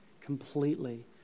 completely